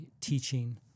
teaching